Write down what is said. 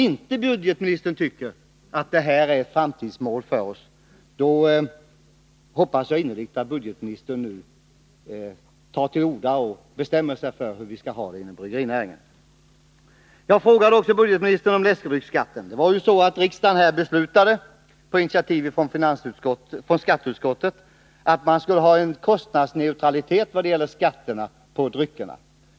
Om budgetministern inte tycker att detta är ett framtidsmål för oss, då hoppas jag innerligt att budgetministern nu bestämmer sig för hur vi skall ha det i bryggerinäringen och talar om det för oss här. Jag frågade budgetministern också om läskedrycksskatten. På förslag av skatteutskottet beslutade ju riksdagen att man skulle ha en kostnadsneutralitet vad det gäller skatterna på dessa drycker.